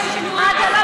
רק בגלל זה?